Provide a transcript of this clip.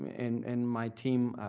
and and my team